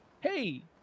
hey